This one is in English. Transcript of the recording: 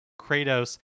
Kratos